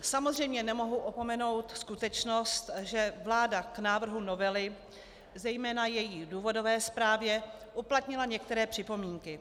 Samozřejmě nemohu opomenout skutečnost, že vláda k návrhu novely, zejména její důvodové zprávě, uplatnila některé připomínky.